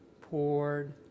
poured